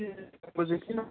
किन